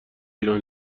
ایران